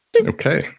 Okay